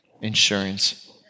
insurance